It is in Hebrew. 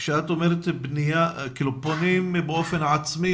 כשאת אומרת פונים באופן עצמי,